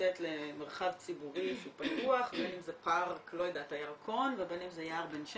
ולצאת למרחב ציבורי פתוח בין אם זה פארק הירקון ובין אם זה יער בן שמן,